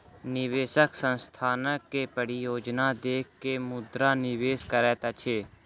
निवेशक संस्थानक के परियोजना देख के मुद्रा निवेश करैत अछि